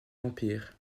empire